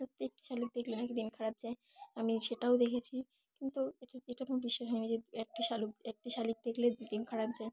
তো একটি শালিক দেখলে অনেক দিন খারাপ যায় আমি সেটাও দেখেছি কিন্তু এটা এটা কোনার বিশ্বাস হয়নি যে দু একটি শালিক একটি শালিক দেখলে দু দিন খারাপ যায়